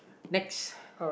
next